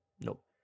Nope